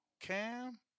Cam